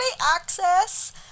access